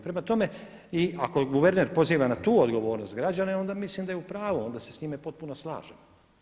Prema tome ako guverner poziva na tu odgovornost građane onda mislim da je u pravu, onda se s njime potpuno slažem.